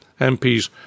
MPs